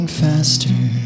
faster